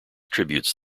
tributes